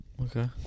Okay